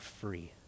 free